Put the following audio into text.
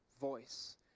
voice